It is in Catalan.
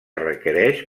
requereix